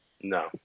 No